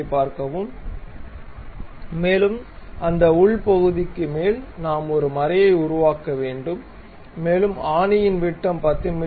மேலும் அந்த உள் பகுதிக்கு மேல் நாம் ஒரு மறையை உருவாக்க வேண்டும் மேலும் ஆணியின் விட்டம் 10 மி